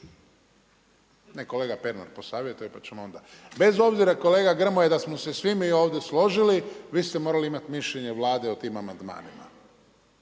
Trebali ste dakle bez obzira kolega Grmoja da smo se svi mi ovdje složili vi ste morali imati mišljenje Vlade o tim amandmanima.